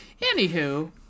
Anywho